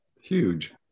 Huge